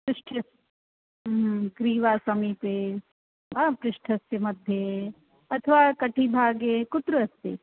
पृष्ठ ग्रीवा समीपे पृष्ठस्य मध्ये अथवा कटिभागे कुत्र अस्ति